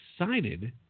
excited